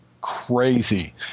crazy